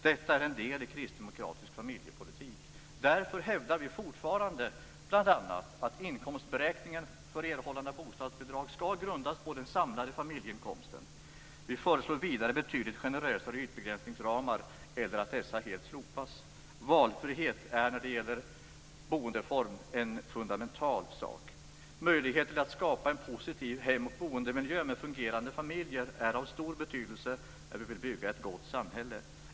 Detta är en del i kristdemokratisk familjepolitik. Därför hävdar vi fortfarande bl.a. att inkomstberäkningen för erhållande av bostadsbidrag skall grundas på den samlade familjeinkomsten. Vi föreslår vidare betydligt generösare ytbegräsningsramar eller att dessa helt slopas. Valfriheten när det gäller boendeform är för oss en fundamental sak. Möjligheter till att skapa en positiv hem och boendemiljö med fungerande familjer är av stor betydelse när vi vill bygga ett gott samhälle.